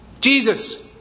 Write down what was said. Jesus